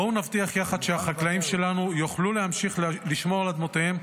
בואו נבטיח יחד שהחקלאים שלנו יוכלו להמשיך לשמור על אדמותיהם,